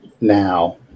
Now